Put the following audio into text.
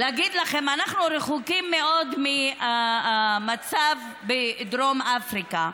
להגיד לכם, אנחנו רחוקים מאוד מהמצב בדרום אפריקה,